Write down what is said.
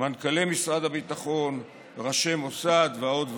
מנכ"לי משרד הביטחון, ראשי מוסד ועוד ועוד.